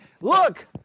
look